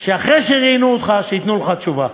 שאחרי שראיינו אותך, שייתנו לך תשובה.